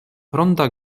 ronda